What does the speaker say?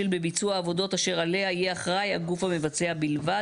בביצוע עבודות אשר עליה יהיה אחראי הגוף המבצע בלבד".